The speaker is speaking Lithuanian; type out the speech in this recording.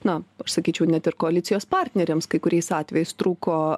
na aš sakyčiau net ir koalicijos partneriams kai kuriais atvejais trūko